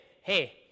hey